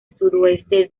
sudoeste